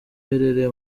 iherereye